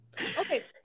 Okay